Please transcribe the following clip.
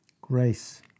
Grace